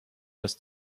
dass